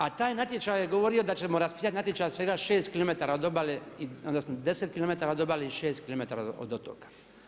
A taj natječaj je govorio da ćemo raspisati natječaj od svega 6 km od obale, odnosno 10 km od obale i 6 km od otoka.